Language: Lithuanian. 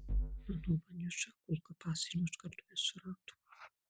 mano vaniušą kulka pasienio užkardoje surado